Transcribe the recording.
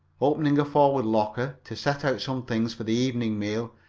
opening a forward locker to set out some things for the evening meal,